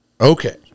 Okay